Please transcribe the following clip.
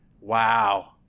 Wow